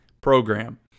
program